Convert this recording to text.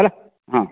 ହେଲା ହଁ